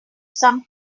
some